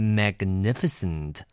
magnificent